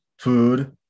food